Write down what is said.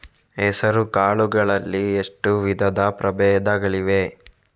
ಹೆಸರುಕಾಳು ಗಳಲ್ಲಿ ಎಷ್ಟು ವಿಧದ ಪ್ರಬೇಧಗಳಿವೆ?